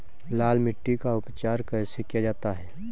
लाल मिट्टी का उपचार कैसे किया जाता है?